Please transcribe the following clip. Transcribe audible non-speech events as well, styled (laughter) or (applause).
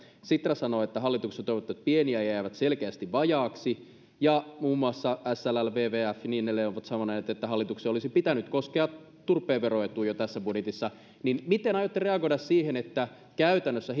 sitra sanoo että hallituksen toimet ovat pieniä ja jäävät selkeästi vajaiksi ja muun muassa sll wwf ja niin edelleen ovat sanoneet että hallituksen olisi pitänyt koskea turpeen veroetuun jo tässä budjetissa miten aiotte reagoida siihen että käytännössä (unintelligible)